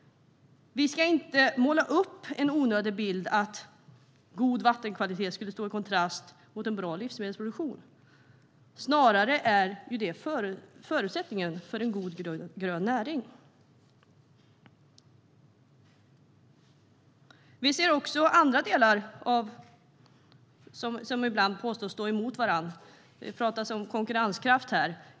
Vi ska inte måla upp bilden av att god vattenkvalitet står i kontrast mot en bra livsmedelsproduktion. Det är snarare förutsättningen för en god grön näring. Även andra delar påstås ibland stå emot varandra. Det har talats om konkurrenskraft här.